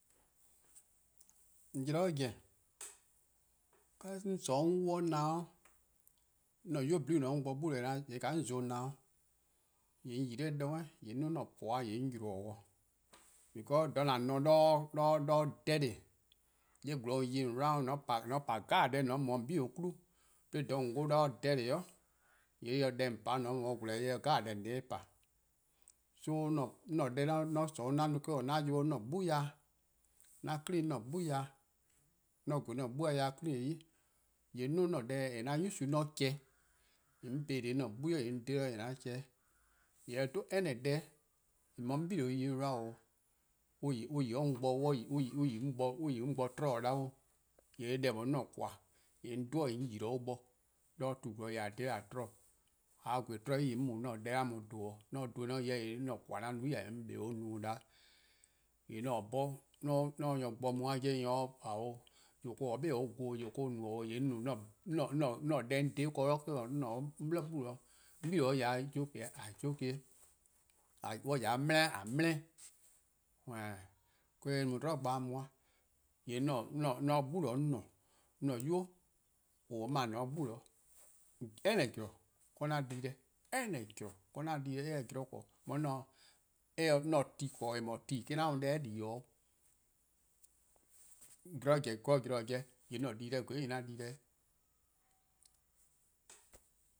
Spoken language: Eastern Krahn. :Mor zorn zen, 'on :sororn 'on 'wluh 'nyinor-', 'an 'nynuu: :on :ne-a 'de 'on bo 'gbu :yee' :ka 'on za-uh-a 'nynior-' :yee' 'on yi 'nor 'zorn 'on 'duo: an-a' :puhba'-' 'on wobo: dih. Because dha :an dhe-a dih 'do dirty, :gwlor-nyor+ :an yi-a :on round, :mor :on pa deh 'jeh-' :on mu 'de 'bei' 'klu-' 'de 'do :dha :on 'wluh-a 'de 'ye dirty, :yee' deh :on pa-' 'de :on mu-a 'de gwlea' :yee' eh se deh 'jeh :on se-' pa. So 'an deh mor 'on :sorn-a 'an no-a eh 'dhu 'an wobo 'an-a' 'gbu 'de dih, 'an clean 'an 'gbu ya-dih. :mor 'on gweh an 'gbu-a ya-dih clean-eh 'i, :yee' 'duo: 'an-a' deh 'an use-a 'de 'an chehn-a :yee' 'on po-eh dha 'an 'gbu ybei' :yee' an chehn. :yee' :mor eh 'dhu any-deh-', :eh beh 'on 'bei' yi 'on round 'o, on yi 'o bo 'o, on yi 'on bo dhih 'tmo 'da 'o, :yee' deh :eh no-a 'an :koan', :yee' 'on dhe or dih 'on yi 'o on bo 'do tu 'zorn :yee' :a :dhe-dih :a 'tmo dhih. :mor :a gweh 'tmo-a 'i, :yee' 'mu 'an deh 'an mu-a dhen-' 'on dhen-eh :yee' 'an :koan: 'an no-a tior' :yee' 'on 'kpa 'o or no 'da 'weh. :yee' 'on se 'bhorn 'on 'on 'ye nyor bo mu-a 'jeh, :ao' :yor :daa or-: or 'be-: mo-' vorn 'o, :yor :daa or-: no-a 'o, :yee' 'an deh 'on :dhe-a ken eh-: 'dhu 'nyi 'on :dhe-dih 'de 'on 'bli 'gbu. :mor 'on 'bei' :ya 'de jokey-eh' :yee' :a jokey-eh, :mor on :ya 'de dele-eh :a bele-', :yee' :kaa eh no 'dlu bo-a mu-a. :yee' 'de 'de 'gbu 'on :ne-a, "an-a'a: 'nynuu: :on mor-: :a :ne-a 'de, any :zorn :kaa 'an di-deh, any :zorn :kaa 'an di-deh, eh se zorn :korn, 'de mor eh se ti :korn :eh :mor ti :daa me-: 'an mu deh-' di-dih 'o, :mor zorn taa zen :yee' 'an di-deh :gweh 'i :yee' 'an di deh.